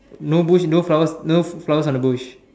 no bush no flowers no flowers on the bush